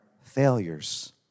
failures